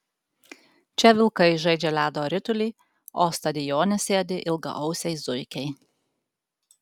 čia vilkai žaidžia ledo ritulį o stadione sėdi ilgaausiai zuikiai